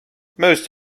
most